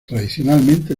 tradicionalmente